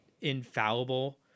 infallible